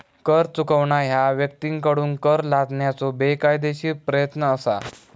कर चुकवणा ह्या व्यक्तींकडसून कर लादण्याचो बेकायदेशीर प्रयत्न असा